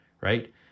right